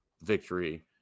victory